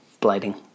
blading